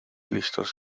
listos